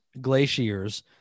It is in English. glaciers